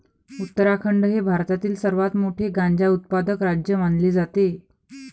उत्तराखंड हे भारतातील सर्वात मोठे गांजा उत्पादक राज्य मानले जाते